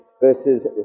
verses